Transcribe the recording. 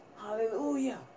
Hallelujah